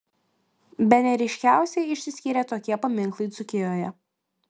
bene ryškiausiai išsiskyrė tokie paminklai dzūkijoje